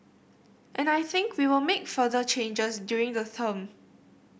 and I think we will make further changes during the term